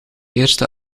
eerste